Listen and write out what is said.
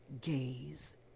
gaze